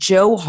Joe